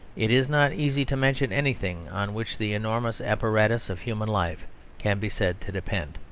it is not easy to mention anything on which the enormous apparatus of human life can be said to depend.